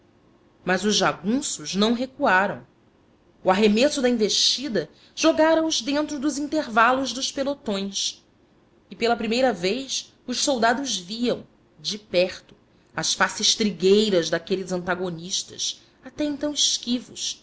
mas os jagunços não recuaram o arremesso da investida jogara os dentro dos intervalos dos pelotões e pela primeira vez os soldados viam de perto as faces trigueiras daqueles antagonistas até então esquivos